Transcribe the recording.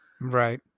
right